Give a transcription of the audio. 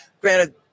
Granted